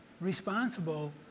responsible